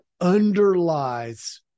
underlies